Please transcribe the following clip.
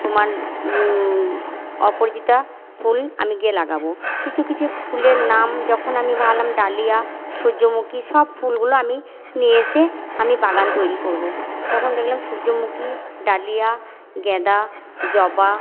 তোমার অপরাজিতা ফুল আমি গিয়ে লাগাবো কিছু কিছু ফুলের নাম যখন আমি ভাবলাম ডালিয়া সূর্যমুখী সব ফুলগুলো আমি নিয়ে এসে আমি বাগান তৈরি করবো তখন দেখলাম সূর্যমুখী ডালিয়া গাদা জবা